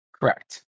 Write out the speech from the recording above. Correct